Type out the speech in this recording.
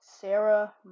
Sarah